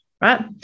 Right